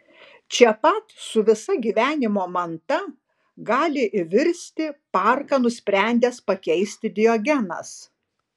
čia pat su visa gyvenimo manta gali įvirsti parką nusprendęs pakeisti diogenas